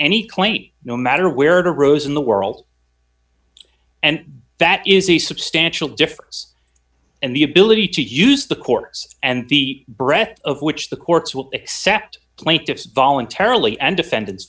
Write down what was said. any claim no matter where to rose in the world and that is a substantial difference and the ability to use the courts and the breath of which the courts will accept plaintiffs voluntarily and defend